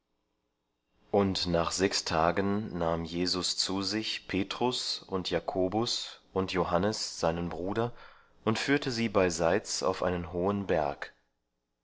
und nach sechs tagen nahm jesus zu sich petrus und jakobus und johannes seinen bruder und führte sie beiseits auf einen hohen berg